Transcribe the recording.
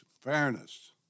Fairness